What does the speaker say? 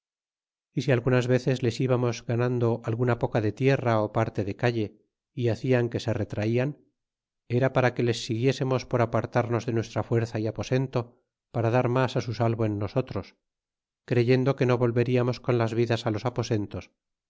y si algunas veces les íbamos ganando alguna poca de tierra ó parte de calle y hacian que se retraian era para que les siguiésemos por apartarnos de nuestra fuerza y aposento para dar mas su salvo en nosotros creyendo que no volveriamos con las vidas los aposentos